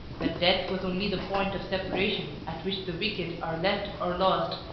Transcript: that death was only the point of separation at which the wicked are left or lost,